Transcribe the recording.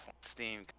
Steam